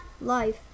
life